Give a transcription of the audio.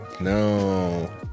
No